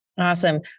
Awesome